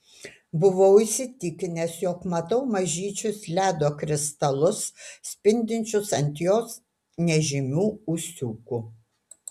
buvau įsitikinęs jog matau mažyčius ledo kristalus spindinčius ant jos nežymių ūsiukų